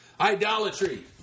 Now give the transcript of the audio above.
idolatry